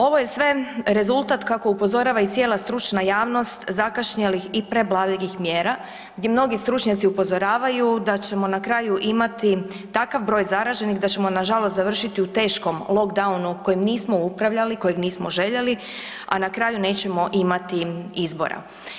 Ovo je sve rezultat kako upozorava i cijela stručna javnost zakašnjelih i preblagih mjera gdje mnogi stručnjaci upozoravaju da ćemo na kraju imati takav broj zaraženih da ćemo nažalost završiti u teškom lockdown kojim nismo upravljali, kojeg nismo željeli, a na kraju nećemo imati izbora.